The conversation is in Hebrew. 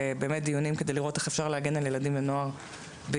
דיונים כדי לראות איך אפשר להגן על ילדים ונוער בישראל.